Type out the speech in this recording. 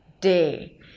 day